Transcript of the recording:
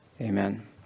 amen